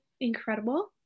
incredible